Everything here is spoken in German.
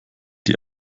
die